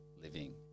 living